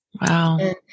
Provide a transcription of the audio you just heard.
Wow